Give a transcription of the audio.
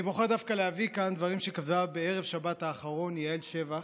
אני בוחר דווקא להביא כאן דברים שכתבה בערב שבת האחרון יעל שבח,